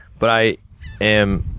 but i am